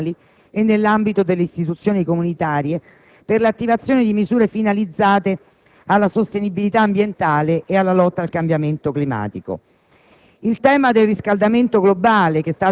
delle iniziative, in tutte le sedi internazionali e nell'ambito delle istituzioni comunitarie, per l'attivazione di misure finalizzate alla sostenibilità ambientale e alla lotta al cambiamento climatico.